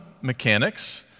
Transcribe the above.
mechanics